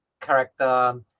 character